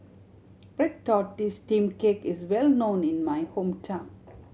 red tortoise steamed cake is well known in my hometown